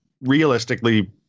realistically